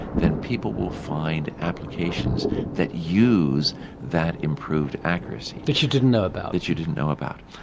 then people will find applications that use that improved accuracy. that you didn't know about. that you didn't know about.